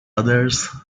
others